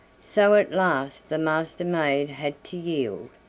so at last the master-maid had to yield,